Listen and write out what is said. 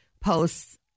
posts